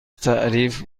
تعریف